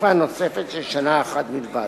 לתקופה נוספת של שנה אחת בלבד.